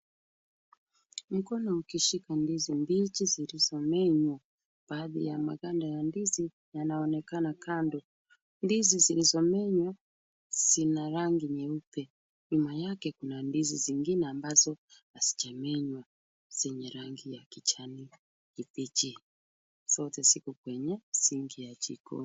Mkono ukishika ndizi mbichi zilizomenywa baadhi ya maganda ya ndizi yanaonekana kando. Ndizi zilizomenywa zina rangi nyeupe. Nyuma yake kuna ndizi zingine ambazo hazijamenywa zenye rangi ya kijani kibichi. Zote ziko kwenye sinki ya jikoni.